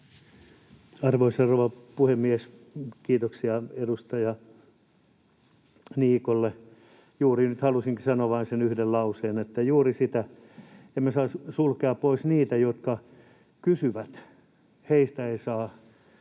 Arvoisa rouva puhemies! Kiitoksia edustaja Niikolle. Juuri nyt halusinkin sanoa vain sen yhden lauseen, että emme saisi sulkea pois niitä, jotka kysyvät. Heistä ei saa